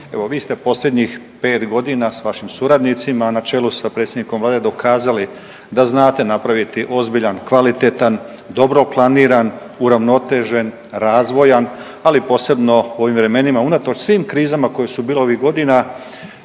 evo vi ste posljednjih 5 godina s vašim suradnicima na čelu s predsjednikom Vlade dokazali da znate napraviti ozbiljan, kvalitetan, dobro planiran, uravnotežen, razvojan ali posebno u ovim vremenima, unatoč svim krizama koje su bile ovih godina